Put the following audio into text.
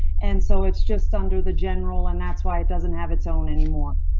and so it's just under the general and that's why it doesn't have its own anymore.